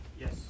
Yes